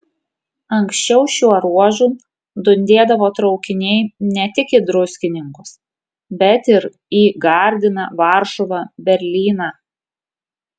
anksčiau šiuo ruožu dundėdavo traukiniai ne tik į druskininkus bet ir į gardiną varšuvą berlyną